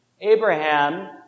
Abraham